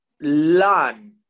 learn